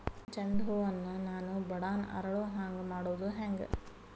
ನನ್ನ ಚಂಡ ಹೂ ಅನ್ನ ನಾನು ಬಡಾನ್ ಅರಳು ಹಾಂಗ ಮಾಡೋದು ಹ್ಯಾಂಗ್?